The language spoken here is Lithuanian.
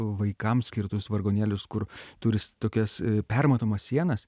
vaikams skirtus vargonėlius kur turis tokias permatomas sienas